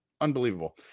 Unbelievable